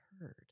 heard